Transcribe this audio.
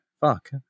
fuck